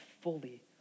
fully